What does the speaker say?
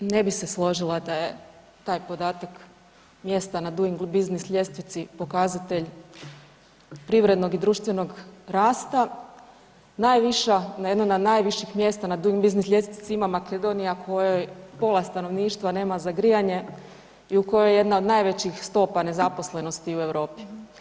Evo, ne bih se složila da je taj podatak mjesta na Doing Business ljestvici pokazatelj privrednog i društvenog rasta, najviša, na jednoj od najviših mjesta na Doing Business ljestvici ima Makedonija kojoj pola stanovništva nema za grijanje i u kojoj je jedna od najvećih stopa nezaposlenosti u Europi.